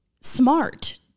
smart